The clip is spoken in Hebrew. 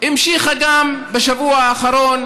המשיכה גם בשבוע האחרון,